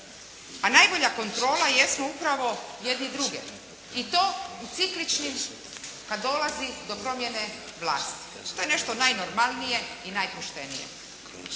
A najbolja kontrola jesmo upravo jedni druge i to u cikličnim, kad dolazi do promjene vlasti. I to je nešto najnormalnije i najpoštenije.